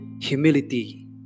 Humility